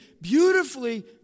beautifully